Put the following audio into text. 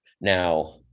Now